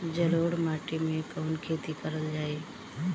जलोढ़ माटी में कवन खेती करल जाई?